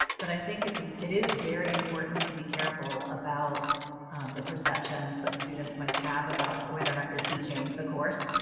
but i think it's it is very important to be careful about the perceptions that students might have about whether or not you're teaching the course.